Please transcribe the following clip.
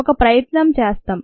ఒక ప్రయత్నం చేస్తాం